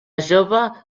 jove